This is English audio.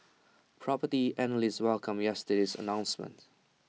Property Analysts welcomed yesterday's announcement